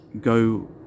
go